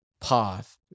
path